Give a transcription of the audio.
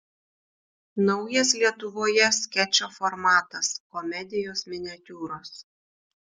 naujas lietuvoje skečo formatas komedijos miniatiūros